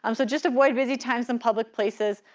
um so just avoid busy times in public places.